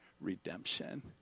redemption